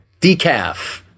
Decaf